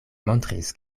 montris